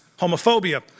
homophobia